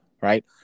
right